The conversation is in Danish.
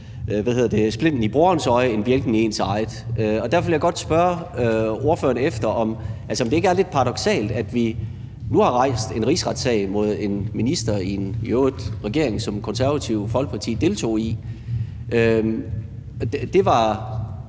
være lettere at se splinten i broderens øje end bjælken i ens eget. Og derfor vil jeg godt spørge ordføreren, om det ikke er lidt paradoksalt, at man nu har rejst en rigsretssag mod en minister, som i øvrigt tilhørte en regering, som Det Konservative Folkeparti deltog i. Det gjorde